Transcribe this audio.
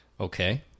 okay